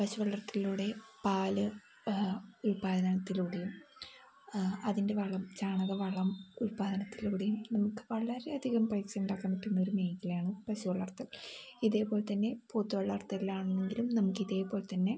പശു വളർത്തലിലൂടെ പാൽ ഉൽപ്പാദനത്തിലൂടെയും അതിൻ്റെ വളം ചാണക വളം ഉൽപ്പാദനത്തിലൂടെയും നമുക്ക് വളരെയധികം പൈസ ഉണ്ടാക്കാൻ പറ്റുന്ന ഒരു മേഖലയാണ് പശു വളർത്തൽ ഇതേപോലെ തന്നെ പോത്ത് വളർത്തലിൽ ആണെങ്കിലും നമുക്ക് ഇതേപോലെ തന്നെ